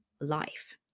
life